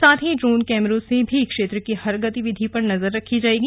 साथ ही ड्रोन कैमरों से भी क्षेत्र की हर गतिविधि पर नजर रखी जाएगी